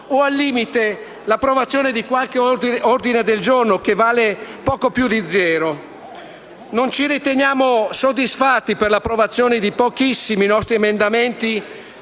o al limite l'approvazione di qualche ordine del giorno, che vale poco più di zero. Non ci riteniamo soddisfatti dall'approvazione di pochissimi nostri emendamenti,